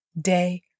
day